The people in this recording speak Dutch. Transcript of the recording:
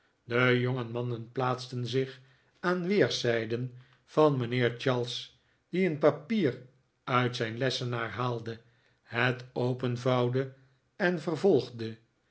de jongemannen plaatsten zich aan weerszijden van mijnheer charles die een papier uit zijn lessenaar haalde het opentwee gelukkige paartjes vouwde en vervolgde